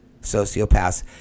sociopaths